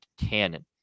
cannon